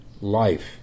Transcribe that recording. life